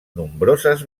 nombroses